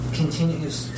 continues